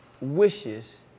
wishes